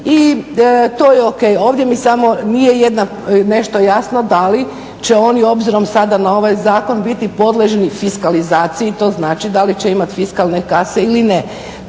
I to je o.k. Ovdje mi samo nije jedna, nešto jasno da li će oni obzirom sada na ovaj zakon biti podložni fiskalizaciji. To znači da li će imati fiskalne kase ili ne.